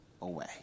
away